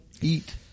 eat